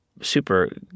super